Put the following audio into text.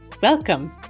welcome